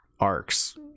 arcs